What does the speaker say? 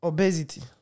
Obesity